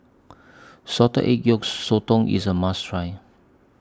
Salted Egg Yolk Sotong IS A must Try